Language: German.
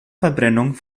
verbrennung